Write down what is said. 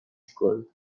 school